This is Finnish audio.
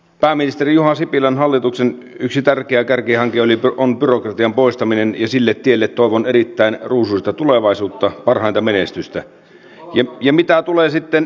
pääministeri juha sipilän hallituksen yksi tärkeä kärkihanke on byrokratian poistaminen ja sille tielle toivon erittäin ruusuista tulevaisuutta ja parhainta menestystä oli ja mitä tulee sitten